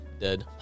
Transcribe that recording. dead